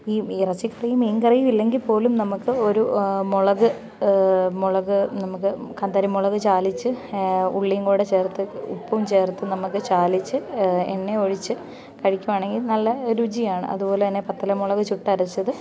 ഈ ഇറച്ചിക്കറിയും മീൻ കറിയും ഇല്ലെങ്കിൽ പോലും നമ്മൾക്ക് ഒരു മുളക് മുളക് നമ്മൾക്ക് കാന്താരി മുളക് ചാലിച്ച് ഉള്ളിയും കൂടെ ചേർത്ത് ഉപ്പും ചേർത്ത് നമ്മൾക്ക് ചാലിച്ചു എണ്ണ ഒഴിച്ച് കഴിക്കുവാണെങ്കിൽ നല്ല രുചിയാണ് അതുപോലെ തന്നെ പത്തല മുളക് ചുട്ട് അരച്ചത്